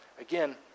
Again